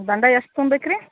ದಂಡ ಎಷ್ಟು ತುಂಬೇಕು ರೀ